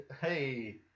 hey